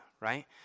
right